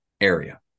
area